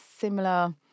similar